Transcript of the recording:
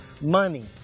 money